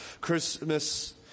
Christmas